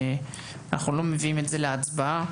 אנחנו לא מביאים את זה להצבעה.